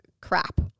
crap